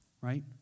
right